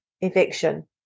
eviction